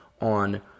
on